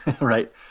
right